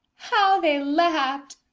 how they laughed!